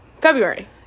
February